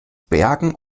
bergen